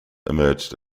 emerged